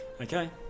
Okay